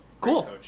Cool